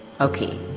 Okay